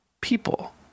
people